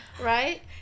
Right